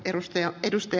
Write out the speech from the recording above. tuo ed